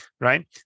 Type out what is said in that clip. right